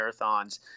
marathons